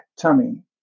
tummy